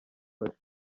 basore